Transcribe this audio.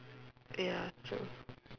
ya true